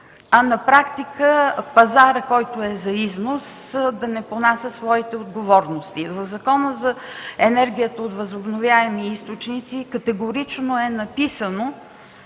а на практика пазарът за износ не понася своите отговорности. В Закона за енергията от възобновяеми източници категорично е записано,